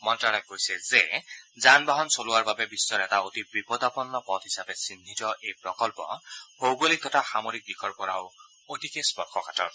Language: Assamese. মন্ত্ৰালয়ে কৈছে যে যান বাহন চলোৱাৰ বাবে বিশ্বৰ এটা অতি বিপদাপন্ন পথ হিচাপে চিহ্নিত এই প্ৰকন্প ভৌগোলিক তথা সামৰিক দিশৰ পৰাও অতিকে স্পৰ্শকাতৰ